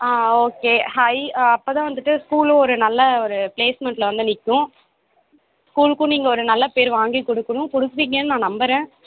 ஆ okay hi அப்போ தான் வந்துவிட்டு ஸ்கூலு ஒரு நல்ல ஒரு பிளேஸ்மெண்ட்டில் வந்து நிற்கும் ஸ்கூலுக்கும் நீங்கள் ஒரு நல்ல பேர் வாங்கி கொடுக்குணும் கொடுப்பிங்கேன்னு நான் நம்புகிறேன்